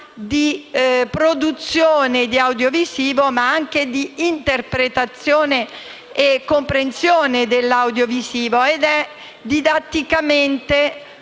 di produzione di audiovisivo ma anche di interpretazione e comprensione dell’audiovisivo. Il cinema è didatticamente